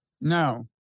No